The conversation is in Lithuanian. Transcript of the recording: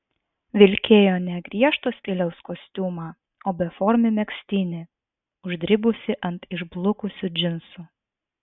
vilkėjo ne griežto stiliaus kostiumą o beformį megztinį uždribusį ant išblukusių džinsų